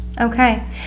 Okay